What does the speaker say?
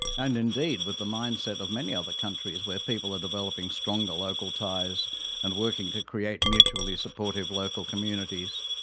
and indeed with the mindset of many other countries where people are developing stronger local ties and working to create mutually supportive local communities.